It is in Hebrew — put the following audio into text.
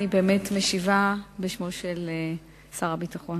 אני באמת משיבה בשמו של שר הביטחון.